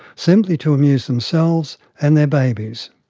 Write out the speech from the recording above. simply to amuse themselves and their babies.